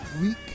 week